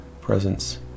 presence